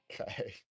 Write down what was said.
Okay